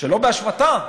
שלא באשמתם,